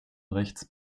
rechts